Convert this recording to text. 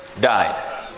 died